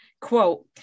Quote